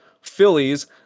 Phillies